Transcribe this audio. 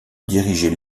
diriger